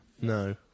No